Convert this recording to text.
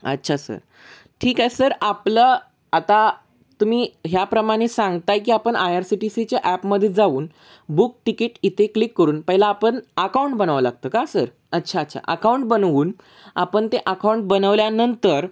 अच्छा सर ठीक आहे सर आपलं आता तुम्ही ह्याप्रमाणे सांगताय की आपण आय आर सी टी सीच्या ॲपमध्ये जाऊन बुक टिकीट इथे क्लिक करून पहिला आपण आकाऊंट बनवा लागतं का सर अच्छा अच्छा अकाऊंट बनवून आपण ते अकाऊंट बनवल्यानंतर